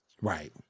Right